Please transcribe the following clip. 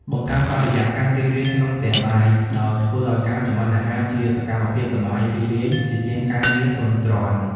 បង្កើតបរិយាកាសរីករាយក្នុងផ្ទះបាយ ដោយធ្វើឱ្យការចម្អិនអាហារជាសកម្មភាពសប្បាយរីករាយ ជាជាងការងារធុញទ្រាន់។